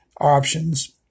options